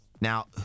Now